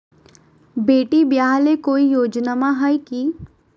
बेटी ब्याह ले कोई योजनमा हय की?